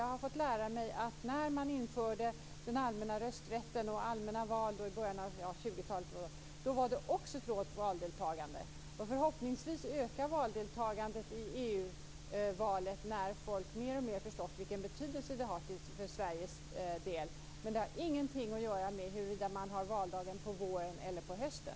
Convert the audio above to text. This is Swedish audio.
Jag har fått lära mig att när man efter den allmänna rösträttens införande genomförde allmänna val i början av 20-talet var det också ett lågt valdeltagande. Förhoppningsvis ökar deltagandet i EU-valet när folk mer och mer börjar förstå vilken betydelse det har för Sveriges del. Men det har ingenting att göra med huruvida man har valdagen på våren eller på hösten.